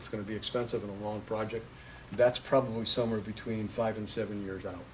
it's going to be expensive in a long project that's probably somewhere between five and seven years